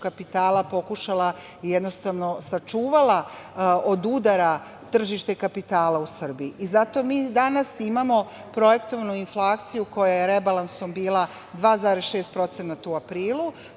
kapitala pokušala i sačuvala od udara tržište kapitala u Srbiji. Zato mi danas imamo projektovanu inflaciju koja je rebalansom bila 2,6% u aprilu,